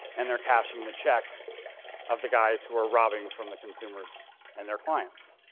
and they're cashing the check of the guys who are robbing from the consumers and their clients.